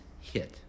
hit